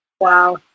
Wow